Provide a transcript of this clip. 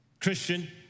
Christian